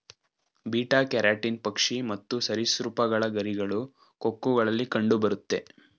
beta keratin ಪಕ್ಷಿ ಮತ್ತು ಸರಿಸೃಪಗಳ ಗರಿಗಳು, ಕೊಕ್ಕುಗಳಲ್ಲಿ ಕಂಡುಬರುತ್ತೆ